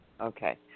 Okay